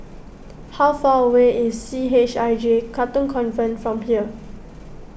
how far away is C H I J Katong Convent from here